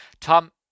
Tom